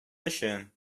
өчен